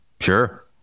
sure